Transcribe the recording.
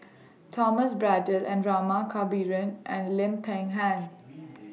Thomas Braddell Rama Kannabiran and Lim Peng Han